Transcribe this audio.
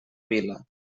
vila